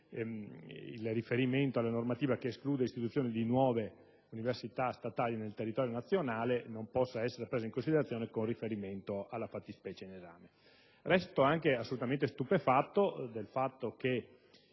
il riferimento alla normativa che esclude l'istituzione di nuove università statali nel territorio nazionale non possa essere preso in considerazione con riguardo alla fattispecie in esame. Resto stupefatto anche del fatto che